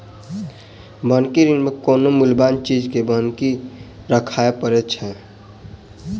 बन्हकी ऋण मे कोनो मूल्यबान चीज के बन्हकी राखय पड़ैत छै